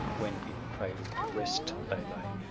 when in cradled rest they lay,